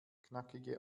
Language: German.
knackige